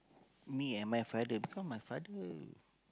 me and my father because my father